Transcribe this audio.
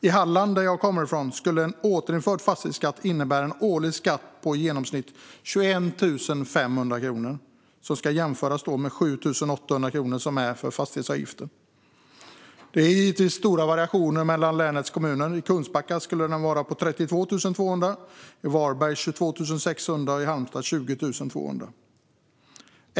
I Halland, som jag kommer ifrån, skulle en återinförd fastighetsskatt innebära en årlig skatt på i genomsnitt 21 500 kronor. Det ska jämföras med 7 800 kronor som är för fastighetsavgiften. Det är givetvis stora variationer mellan länets kommuner. I Kungsbacka skulle en skatt vara 32 200 kronor, i Varberg 22 600 kronor och i Halmstad 20 200 kronor.